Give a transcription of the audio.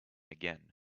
again